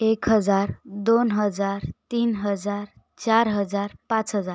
एक हजार दोन हजार तीन हजार चार हजार पाच हजार